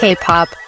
K-pop